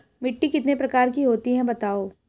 मिट्टी कितने प्रकार की होती हैं बताओ?